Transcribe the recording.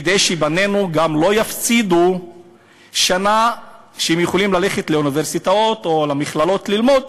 כדי שבנינו לא יפסידו שנה ויוכלו ללכת לאוניברסיטאות או למכללות ללמוד,